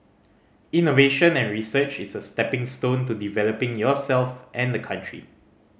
innovation and research is a stepping stone to developing yourself and the country